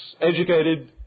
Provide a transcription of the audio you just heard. educated